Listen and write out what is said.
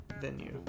venue